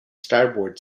starboard